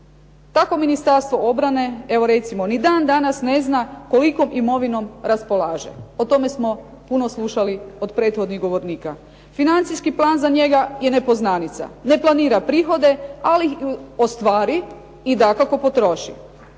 Tako Ministarstvo obrane evo recimo ni dan danas ne zna kolikom imovinom raspolaže. O tome smo puno slušali o prethodnih govornika. Financijski plan za njega je nepoznanica. Ne planira prihode, ali ostvari i dakako potroši.